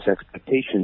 expectations